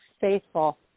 faithful